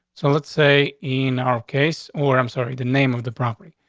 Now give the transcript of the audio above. so let's say in our case or i'm sorry, the name of the property,